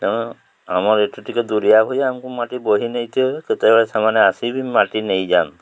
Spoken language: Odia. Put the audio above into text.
ତେଣୁ ଆମର ଏଠୁ ଟିକେ ଦୁରିଆ ହୁଏ ଆମକୁ ମାଟି ବୋହି ନେଇଥିବ କେତେବେଳେ ସେମାନେ ଆସିକି ମାଟି ନେଇଯାଆନ୍ତି